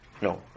No